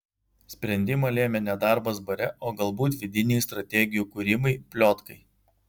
sprendimą lėmė ne darbas bare o galbūt vidiniai strategijų kūrimai pliotkai